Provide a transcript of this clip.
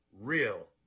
real